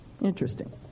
Interesting